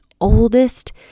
oldest